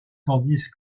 tandis